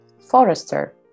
forester